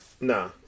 Nah